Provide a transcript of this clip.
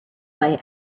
way